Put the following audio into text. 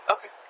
Okay